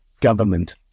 government